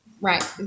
Right